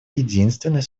единственный